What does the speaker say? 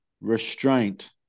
Restraint